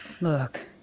Look